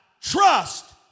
trust